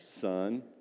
son